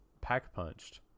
pack-punched